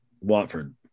Watford